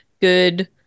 good